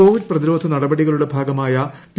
Covid പ്രതിരോധ നടപടികളുടെ ഭാഗമായി പി